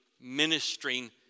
ministering